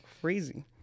crazy